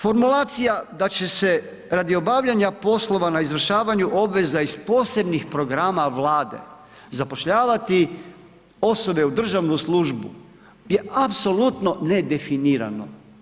Formulacija da će se radi obavljanja poslova na izvršavanju obveza iz posebnih programa Vlade zapošljavati osobe u državnu službu je apsolutno nedefinirano.